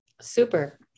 Super